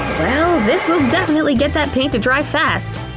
well, this will definitely get that paint to dry fast.